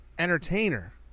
Entertainer